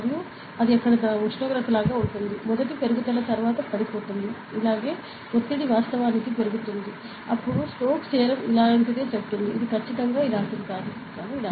మరియు అది అక్కడ ఉష్ణోగ్రత లాగా ఉంటుంది మొదటి పెరుగుదల తరువాత పడిపోతుంది ఇలాగే ఒత్తిడి వాస్తవానికి పెరుగుతుంది అప్పుడు స్ట్రోక్స్ థీరం ఇలాంటిదే చెప్తుంది ఇది ఖచ్చితంగా ఇలాంటిది కాదు కానీ ఇలాంటిదే